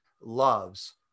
loves